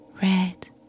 red